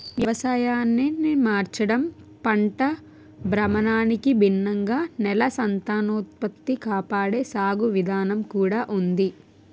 వ్యవసాయాన్ని మార్చడం, పంట భ్రమణానికి భిన్నంగా నేల సంతానోత్పత్తి కాపాడే సాగు విధానం కూడా ఉంది